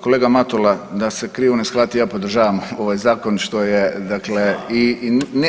Kolega Matula da se krivo ne shvati ja podržavam ovaj zakon što je dakle i